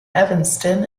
evanston